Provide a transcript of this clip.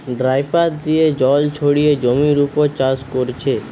dripper দিয়ে জল ছড়িয়ে জমির উপর চাষ কোরছে